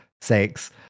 sakes